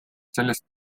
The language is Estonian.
sellest